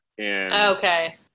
Okay